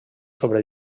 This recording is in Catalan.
sobre